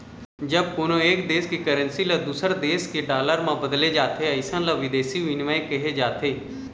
जब कोनो एक देस के करेंसी ल दूसर देस के डॉलर म बदले जाथे अइसन ल बिदेसी बिनिमय कहे जाथे